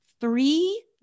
three